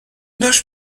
داشت